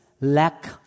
lack